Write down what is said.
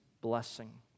blessing